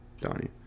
Donnie